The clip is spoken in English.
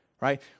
right